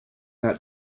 that